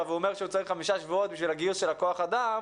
והוא אומר שהוא צריך חמישה שבועות בשביל לגייס כוח אדם